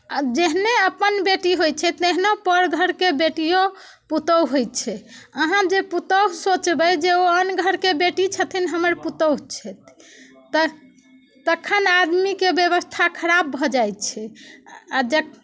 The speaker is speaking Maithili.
आ जेहने अपन बेटी होइत छथि तेहने पर घरके बेटियो पुतोहु होइत छै अहाँ जे पुतोहु सोचबै जे ओ आन घरके बेटी छथिन हमर पुतोहु छथि तऽ त तखन आदमीके व्यवस्था खराब भऽ जाइ छै आ ज